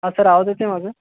हा सर आवाज येतो आहे माझा